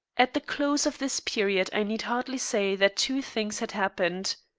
at the close of this period i need hardly say that two things had happened.